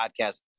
Podcast